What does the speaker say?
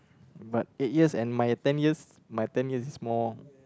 but eight years and my ten years my ten years is more